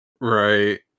Right